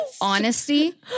Honesty